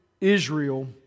Israel